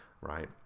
right